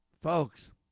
Folks